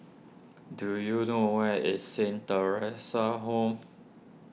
do you know where is Saint theresa's Home